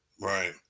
right